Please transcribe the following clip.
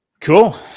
cool